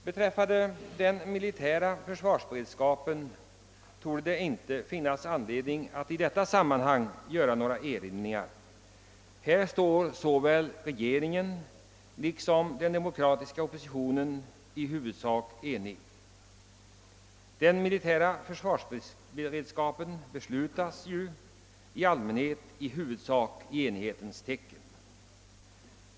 Beträffande den militära försvarsberedskapen torde det inte finnas anledning att göra några erinringar i detta sammanhang; här står regeringen och den demokratiska oppositionen i huvudsak eniga. Beträffande den militära försvarsberedskapen fattas ju i allmänhet beslut i enighetens tecken.